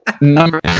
Number